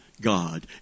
God